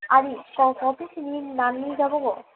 আর এই ক কপিস নিন নান নিয়ে যাবো গো